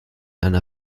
einer